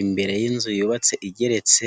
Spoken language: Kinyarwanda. Imbere y'inzu yubatse igeretse,